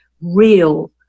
real